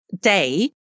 day